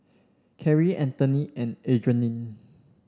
Kerrie Anthony and Adrianne